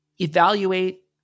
evaluate